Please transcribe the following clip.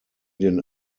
den